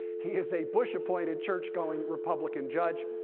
he is a bush appointed, church going republican judge.